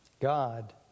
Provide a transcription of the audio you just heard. God